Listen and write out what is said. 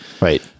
Right